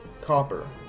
copper